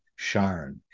Sharn